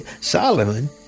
Solomon